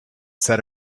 set